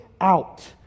out